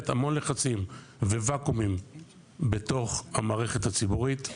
המון לחצים וואקומים בתוך המערכת הציבורית.